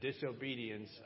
disobedience